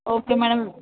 okay madam